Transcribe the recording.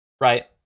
right